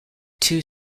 two